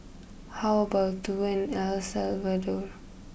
how about a tour in El Salvador